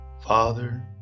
Father